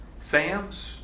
Sam's